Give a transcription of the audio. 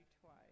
twice